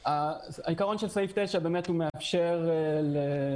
העיקרון של סעיף 9 באמת מאפשר למגדלים